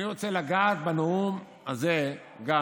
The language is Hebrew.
אני רוצה לגעת בנאום הזה גם